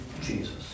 Jesus